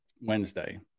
Wednesday